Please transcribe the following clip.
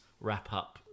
wrap-up